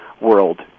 world